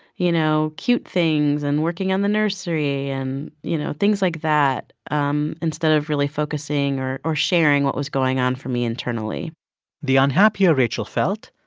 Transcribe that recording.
you know, cute things and working on the nursery and, you know, things like that um instead of really focusing or or sharing what was going on for me internally the unhappier rachel felt,